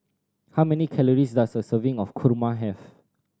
how many calories does a serving of kurma have